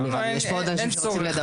יש פה עוד אנשים שרוצים לדבר.